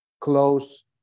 close